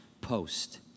post